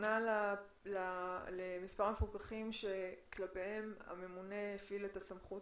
הכוונה למספר המפוקחים שכלפיהם הממונה הפעיל את הסמכות